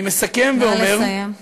נא לסיים.